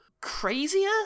crazier